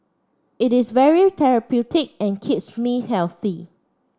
it is very therapeutic and keeps me healthy